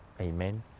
Amen